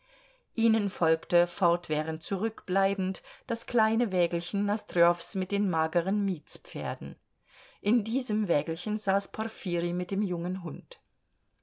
ihnen folgte fortwährend zurückbleibend das kleine wägelchen nosdrjows mit den mageren mietspferden in diesem wägelchen saß porfirij mit dem jungen hund